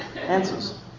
answers